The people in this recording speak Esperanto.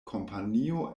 kompanio